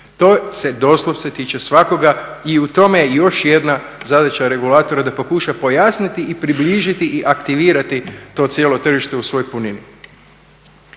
To se doslovce tiče svakoga i u tome je još jedna zadaća regulatora da pokuša pojasniti i približiti i aktivirati to cijelo tržište u svoj punini.